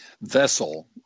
vessel